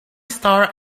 star